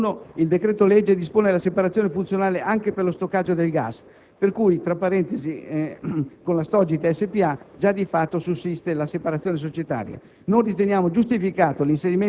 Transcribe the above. Sempre al comma 1, il decreto-legge dispone la separazione funzionale anche per lo stoccaggio del gas (per cui con la Stogit S.p.A. già di fatto sussiste la separazione societaria).